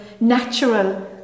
natural